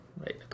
right